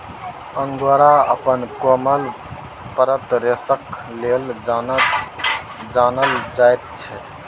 angora अपन कोमल पातर रेशाक लेल जानल जाइत छै